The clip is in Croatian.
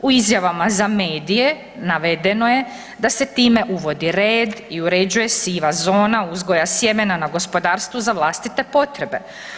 U izjavama za medije, navedeno je da se time uvodi red i uređuje siva zona uzgoja sjemena na gospodarstvu za vlastite potrebe.